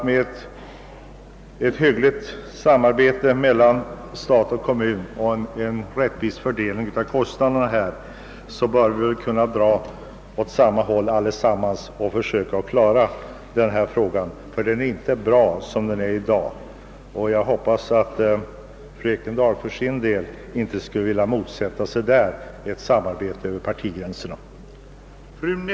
Med ett hyggligt samarbete mellan stat och kommun och med en rättvis fördelning av kostnaderna tycker jag dock att vi alla skulle kunna verka i samma riktning för att försöka klara denna fråga, som i dag inte är tillfredsställande ordnad. Jag hoppas att fru Ekendahl för sin del inte vill motsätta sig ett samarbete över partigränserna på denna punkt.